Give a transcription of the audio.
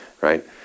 right